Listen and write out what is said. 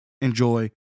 enjoy